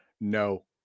No